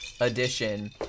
edition